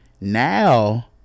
Now